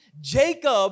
Jacob